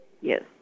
Yes